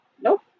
Nope